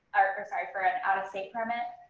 or sorry, for an out of state permit.